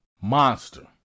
monster